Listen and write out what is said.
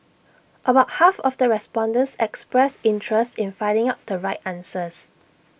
about half of the respondents expressed interest in finding out the right answers